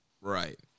Right